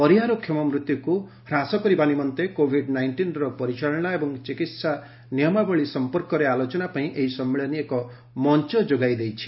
ପରିହାରକ୍ଷମ ମୃତ୍ୟୁକୁ ହ୍ରାସ କରିବା ନିମନ୍ତେ କୋଭିଡ ନାଇଷ୍ଟିନ୍ର ପରିଚାଳନା ଏବଂ ଚିକିତ୍ସା ନିୟମାବଳୀ ସମ୍ପର୍କରେ ଆଲୋଚନା ପାଇଁ ଏହି ସମ୍ମିଳନୀ ଏକ ମଞ୍ଚ ଯୋଗାଇ ଦେଇଛି